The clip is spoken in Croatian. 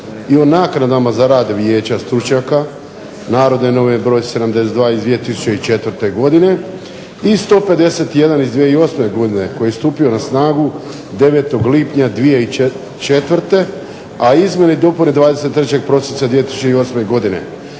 u naknadama za rad Vijeća stručnjaka "Narodne novine", br. 72/2004. godine i 151/2008. godine koji je stupio na snagu 9. lipnja 2004., a izmjene i dopune 23. prosinca 2008. godine,